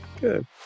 good